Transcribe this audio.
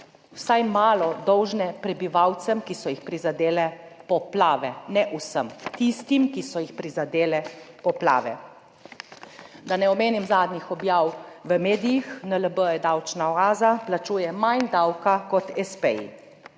vsaj malo dolžne prebivalcem, ki so jih prizadele poplave, ne vsem, tistim, ki so jih prizadele poplave. Da ne omenim zadnjih objav v medijih, NLB je davčna oaza, plačuje manj davka kot